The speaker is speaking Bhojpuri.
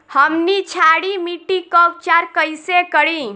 हमनी क्षारीय मिट्टी क उपचार कइसे करी?